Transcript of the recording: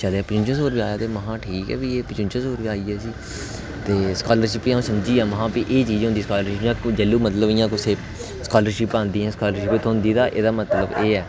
चल पंचुजा सौ रुपेआ आया ते मसां ठीक ऐ फ्ही पचुंजा सौ रपेआ आई गेआ ते स्कालरशिप समझी गेआ में फ्ही कि एह् चीज होंदी स्कालरशिप मतलब इ'यां कुसै दी स्कालरशिप औंदी जा स्कालरशिप थ्होंदी ते एह्दा मतलब एह् ऐ